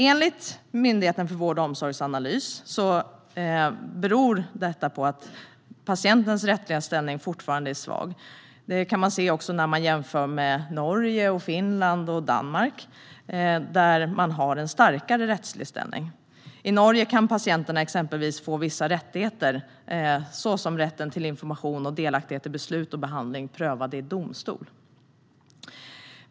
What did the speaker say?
Enligt Myndigheten för vård och omsorgsanalys beror detta på att patientens rättsliga ställning fortfarande är svag. Det kan man se också när man jämför med Norge, Finland och Danmark, där patienten har en starkare rättslig ställning. I Norge kan patienterna exempelvis få vissa rättigheter, som rätten till information och delaktighet i beslut och behandling, prövade i domstol.